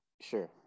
sure